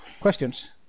Questions